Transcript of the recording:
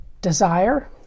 desire